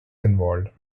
involved